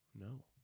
No